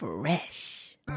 Fresh